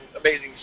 amazing